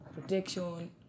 protection